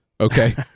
Okay